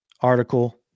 article